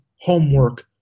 homework